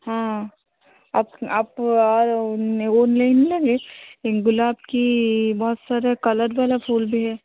हाँ आप ने वह नहीं लेंगे गुलाब की बहुत सारे कलर वाला फूल भी है